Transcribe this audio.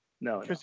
no